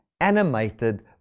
animated